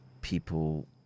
people